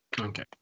Okay